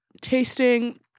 tasting